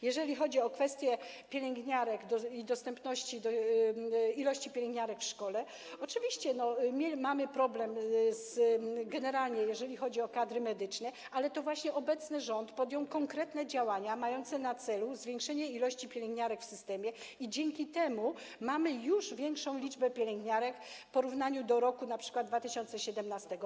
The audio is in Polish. Jeżeli chodzi o kwestię pielęgniarek, ich dostępności, liczby pielęgniarek w szkole, to oczywiście generalnie mamy problem, jeżeli chodzi o kadry medyczne, ale to właśnie obecny rząd podjął konkretne działania mające na celu zwiększenie liczby pielęgniarek w systemie i dzięki temu mamy już większą liczbę pielęgniarek w porównaniu np. z 2017 r.